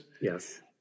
Yes